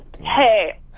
Hey